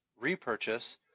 repurchase